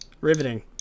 Riveting